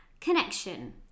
connection